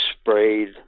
sprayed